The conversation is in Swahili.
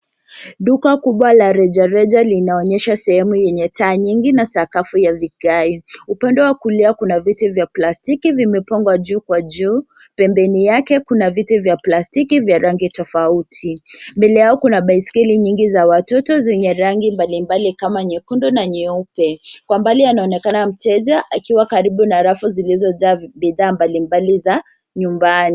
Duka kubwa la reja reja linaonyesha sahemu yenye taa nyingi na sakafu ya vigae. Upande wa kulia kuna viti vya plastiki vimepangwa juu kwa juu. Pembeni yake kuna viti vya plastiki vya rangi tofauti. Mbele yao kuna baiskeli nyingi za watoto, zenye rangi balimbali kama nyekundu na nyeupe. Kwa mbali anaonekana mteja, akiwa karibu na rafu zilizo bidhaa mbali mbali za nyumbani.